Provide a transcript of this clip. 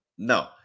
No